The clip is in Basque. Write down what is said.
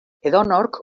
edonork